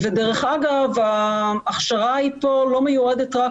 דרך אגב ההכשרה פה לא מיועדת רק